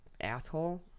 asshole